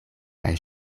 kaj